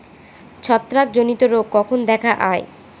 ছত্রাক জনিত রোগ কখন দেখা য়ায়?